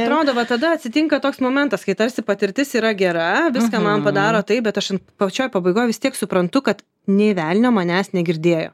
atrodo va tada atsitinka toks momentas kai tarsi patirtis yra gera viską man padaro taip bet aš pačioj pabaigoj vis tiek suprantu kad nė velnio manęs negirdėjo